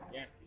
Yes